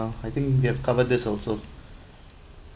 I think we have covered this also